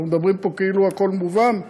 אנחנו מדברים פה כאילו הכול מובן,